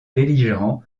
belligérants